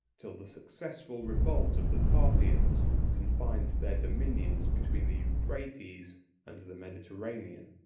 till the successful revolt of the parthians confined their dominions between the euphrates and the mediterranean.